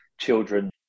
children